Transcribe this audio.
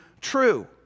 True